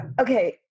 Okay